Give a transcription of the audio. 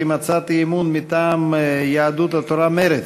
עם הצעת אי-אמון מטעם יהדות התורה ומרצ: